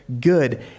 good